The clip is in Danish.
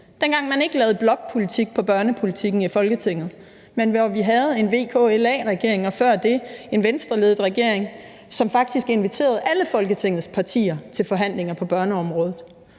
dengang man ikke lavede blokpolitik på børnepolitikken i Folketinget, men hvor vi havde en VLAK-regering og før det en Venstreledet regering, som faktisk inviterede alle Folketingets partier til forhandlinger på børneområdet,